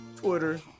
Twitter